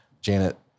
Janet